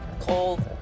Cold